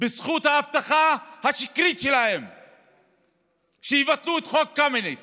בזכות ההבטחה השקרית שלהם שיבטלו את חוק קמיניץ.